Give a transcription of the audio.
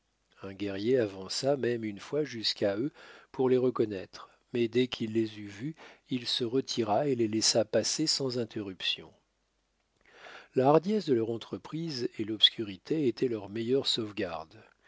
un guerrier avança même une fois jusqu'à eux pour les reconnaître mais dès qu'il les eut vus il se retira et les laissa passer sans interruption la hardiesse de leur entreprise et l'obscurité étaient leur meilleure sauvegarde